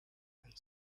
and